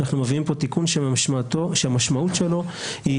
אנחנו מביאים פה תיקון שהמשמעות שלו היא